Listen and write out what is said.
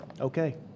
okay